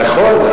נכון.